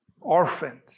orphaned